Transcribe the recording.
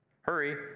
hurry